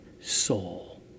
soul